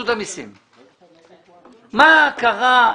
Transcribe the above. מה קרה?